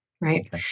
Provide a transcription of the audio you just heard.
Right